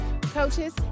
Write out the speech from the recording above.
coaches